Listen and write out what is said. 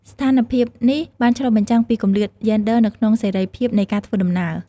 ស្ថានភាពនេះបានឆ្លុះបញ្ចាំងពីគម្លាតយេនដ័រនៅក្នុងសេរីភាពនៃការធ្វើដំណើរ។